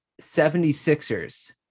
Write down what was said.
76ers